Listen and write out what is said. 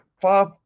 five